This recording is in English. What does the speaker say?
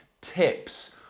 tips